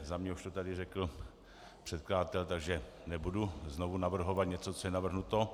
Za mě už to tady řekl předkladatel, takže nebudu znova navrhovat něco, co je navrhnuto.